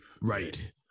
Right